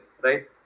right